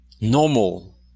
normal